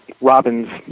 Robin's